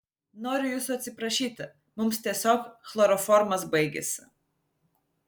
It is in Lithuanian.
noriu jūsų atsiprašyti mums tiesiog chloroformas baigėsi